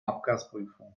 abgasprüfung